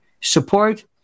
support